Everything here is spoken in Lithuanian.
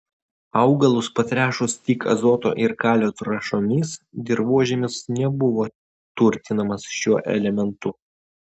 augalus patręšus tik azoto ir kalio trąšomis dirvožemis nebuvo turtinamas šiuo elementu